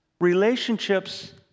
relationships